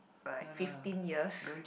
like fifteen years